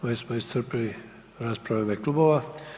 Ovim smo iscrpili rasprave u ime klubova.